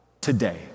today